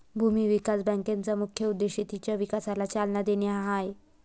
भूमी विकास बँकेचा मुख्य उद्देश शेतीच्या विकासाला चालना देणे हा आहे